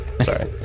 Sorry